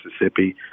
Mississippi